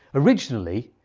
originally,